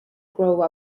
grow